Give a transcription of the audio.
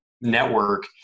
network